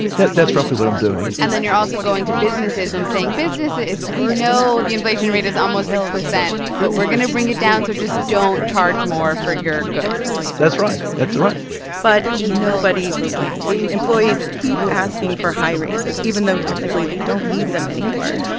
that's roughly what i'm doing and then you're also going to businesses and saying, businesses, we know the inflation rate is almost six percent, but we're going to bring it down, so just don't charge more for your goods that's right. that's right but nobody believes him. employees keep asking for high raises, even though, technically, they don't need them anymore.